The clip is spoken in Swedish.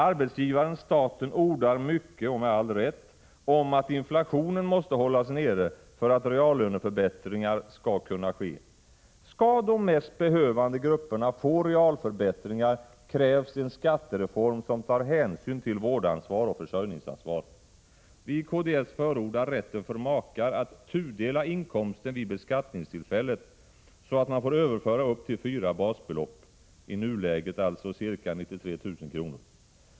Arbetsgivaren, staten, ordar mycket, och med all rätt, om att inflationen måste hållas nere för att reallöneförbättringar skall kunna ske. Skall de mest behövande grupperna få realförbättringar krävs en skattereform, som tar hänsyn till vårdansvar och försörjningsansvar. Viikds förordar rätten för makar att tudela inkomsten vid beskattningstillfället, så att man får överföra upp till fyra basbelopp, i nuläget alltså ca 93 000 kr.